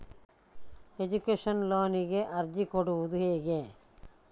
Education ಲೋನಿಗೆ ಅರ್ಜಿ ಕೊಡೂದು ಹೇಗೆ?